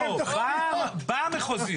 לא, במחוזיות.